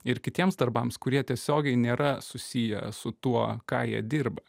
ir kitiems darbams kurie tiesiogiai nėra susiję su tuo ką jie dirba